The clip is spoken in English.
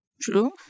True